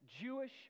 Jewish